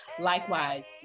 Likewise